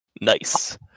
Nice